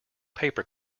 paper